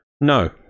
No